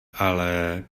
ale